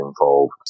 involved